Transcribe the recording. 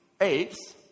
apes